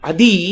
Adi